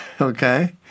Okay